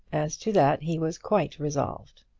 as to that he was quite resolved.